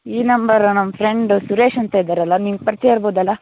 ಈ ನಂಬರ್ ನಮ್ಮ ಫ್ರೆಂಡ್ ಸುರೇಶ್ ಅಂತ ಇದ್ದಾರಲ್ಲ ನಿಮ್ಗೆ ಪರಿಚಯ ಇರ್ಬೋದಲ್ಲ